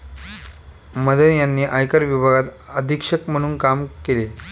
मदन यांनी आयकर विभागात अधीक्षक म्हणून काम केले